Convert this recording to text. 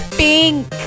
pink